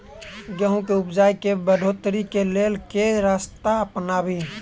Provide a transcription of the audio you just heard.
गेंहूँ केँ उपजाउ केँ बढ़ोतरी केँ लेल केँ रास्ता अपनाबी?